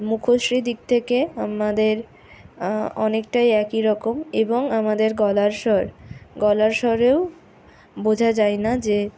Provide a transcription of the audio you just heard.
মুখশ্রী দিক থেকে আমাদের অনেকটাই একই রকম এবং আমাদের গলার স্বর গলার স্বরেও বোঝা যায়না যে